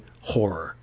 horror